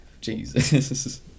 Jesus